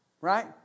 right